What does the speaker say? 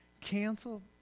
canceled